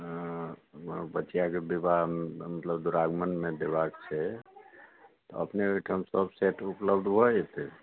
बचियाके विवाहमे मतलब द्विरागमनमे देबाक छै तऽ अपने ओहिठाम सभ सेट उपलब्ध भऽ जेतै